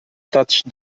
touch